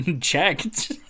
checked